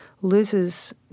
loses